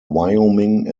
wyoming